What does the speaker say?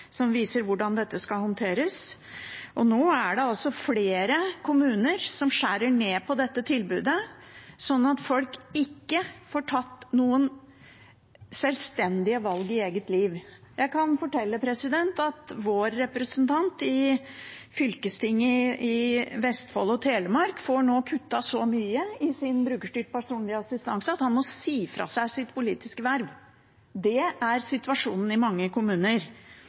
som viser hvordan dette skal håndteres. Nå er det flere kommuner som skjærer ned på dette tilbudet, slik at folk ikke får tatt noen selvstendige valg i eget liv. Jeg kan fortelle at vår representant i fylkestinget i Vestfold og Telemark nå får kuttet så mye i sin brukerstyrte personlige assistanse at han må si fra seg sitt politiske verv. Det er situasjonen i mange kommuner.